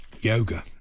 Yoga